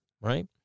right